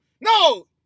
no